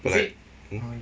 but like hmm